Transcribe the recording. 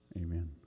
Amen